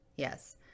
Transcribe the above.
Yes